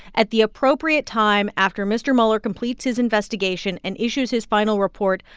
at the appropriate time after mr. mueller completes his investigation and issues his final report,